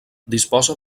disposa